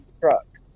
truck